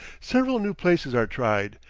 several new places are tried,